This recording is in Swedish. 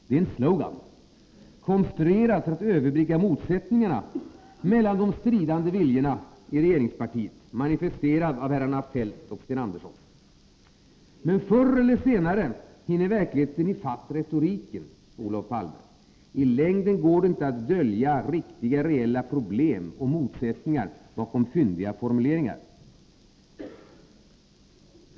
Det är en slogan, konstruerad för att överbrygga motsättningarna mellan de stridande viljorna i regeringspartiet, manifesterad av herrarna Feldt och Sten Andersson. Men förr eller senare hinner verkligheten ifatt retoriken, Olof Palme. I längden går det inte att dölja riktiga, reella problem och motsättningar bakom fyndiga formuleringar.